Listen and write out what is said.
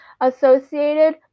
associated